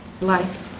life